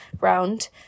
round